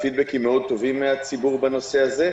הפידבקים מהציבור מאוד טובים בנושא הזה.